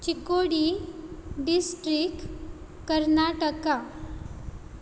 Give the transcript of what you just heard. Chikodi district Karnataka